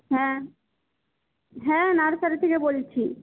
হ্যাঁ হ্যাঁ নার্সারি থেকে বলছি